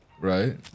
Right